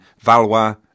Valois